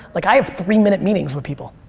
like i have three-minute meetings with people.